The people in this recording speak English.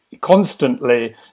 constantly